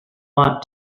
lot